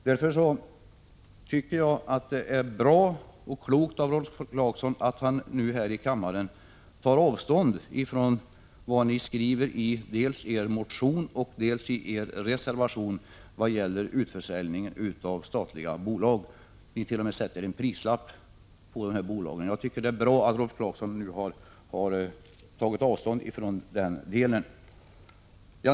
Därför tycker jag att det är klokt av Rolf Clarkson att han här i kammaren tar avstånd från vad moderaterna skrivit dels i sin motion, dels i sin reservation om utförsäljning - avsstatliga bolag. Ni sätter t.o.m. en prislapp på bolagen. Det är bra att Rolf Clarkson nu har tagit avstånd från detta.